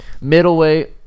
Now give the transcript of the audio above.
Middleweight